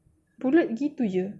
pulut begitu jer